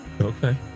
Okay